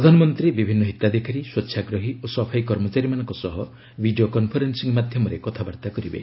ପ୍ରଧାନମନ୍ତ୍ରୀ ବିଭିନ୍ନ ହିତାଧିକାରୀ ସ୍ୱଚ୍ଛାଗ୍ରହୀ ଓ ସଫେଇ କର୍ମଚାରୀମାନଙ୍କ ସହ ଭିଡ଼ିଓ କନ୍ଫରେନ୍ନିଂ ମାଧ୍ୟମରେ କଥାବାର୍ତ୍ତା କରିବେ